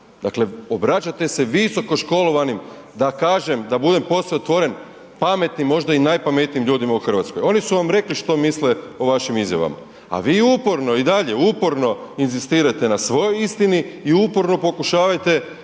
Dakle obraćate se visokoškolovanim, da kažem, da budem posve otvoren, pametnim, možda i najpametnijim ljudima u Hrvatskoj. Oni su vam rekli što misle o vašim izjavama. A vi uporno i dalje uporno inzistirate na svojoj istini i uporno pokušavate